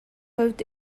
хувьд